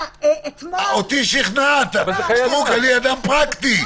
אותי שכנעת אבל זה כי אני אדם פרקטי.